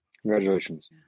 Congratulations